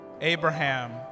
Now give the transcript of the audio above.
Abraham